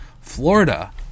Florida